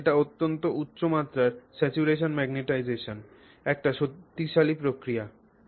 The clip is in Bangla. সুতরাং এটি অত্যন্ত উচ্চ মাত্রার স্যাচুরেশন ম্যাগনেটাইজেশন একটি শক্তিশালী প্রতিক্রিয়া